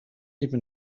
even